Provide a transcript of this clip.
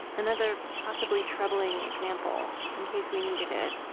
another possibly troubling example, in case we needed it,